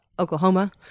Oklahoma